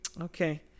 Okay